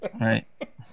Right